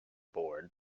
bored